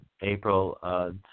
April